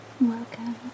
welcome